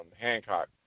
Hancock